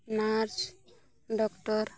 nurse doctor